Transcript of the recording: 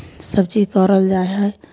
सभचीज कयल जाइ हइ